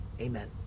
Amen